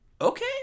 okay